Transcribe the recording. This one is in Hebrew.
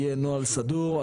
יהיה נוהל סדור,